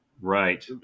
Right